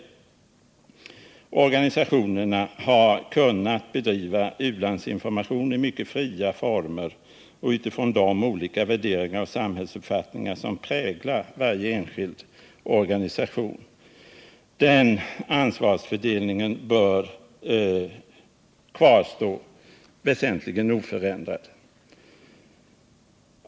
Vidare uttalas i propositionen att organisationerna har kunnat bedriva u-landsinformation i mycket fria former och utifrån de olika värderingar och samhällsuppfattningar som präglar varje enskild organisation. Departementschefen anser att den ansvarsfördelningen bör kvarstå väsentligen oförändrad.